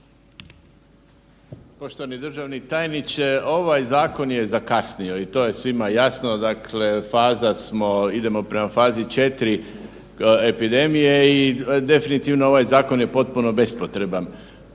Poštovani državni tajniče, ovaj zakon je zakasnio i to je svima jasno. Dakle, faza smo, idemo prema fazi 4 epidemije i definitivno ovaj zakon je potpuno bespotreban.